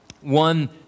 One